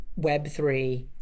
web3